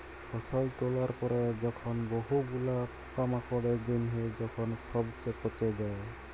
ফসল তোলার পরে যখন বহু গুলা পোকামাকড়ের জনহে যখন সবচে পচে যায়